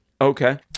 Okay